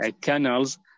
canals